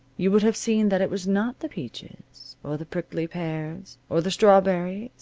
you would have seen that it was not the peaches, or the prickly pears, or the strawberries,